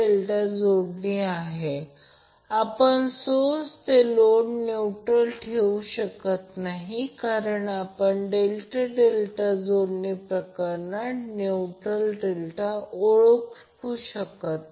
म्हणून nodes ABC वर KCL लागू करा पूर्वीप्रमाणेच नोड ABC वर KCL KVL लागू केल्यास Ia IAB ICA Ib IBC IAB आणि Ic ICA IBCमिळेल